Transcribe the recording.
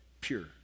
pure